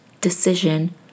decision